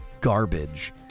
garbage